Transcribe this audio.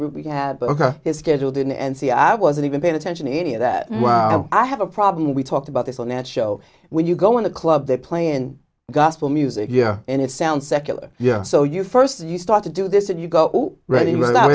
group he had his scheduled in and see i wasn't even paying attention to any of that wow i have a problem we talked about this on and show when you go in the club they play in gospel music yeah and it sounds secular yeah so you first you start to do this and you go r